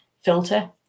filter